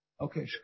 Okay